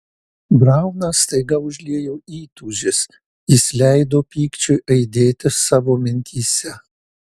brauną staiga užliejo įtūžis jis leido pykčiui aidėti savo mintyse